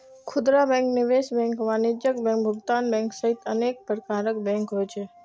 खुदरा बैंक, निवेश बैंक, वाणिज्यिक बैंक, भुगतान बैंक सहित अनेक प्रकारक बैंक होइ छै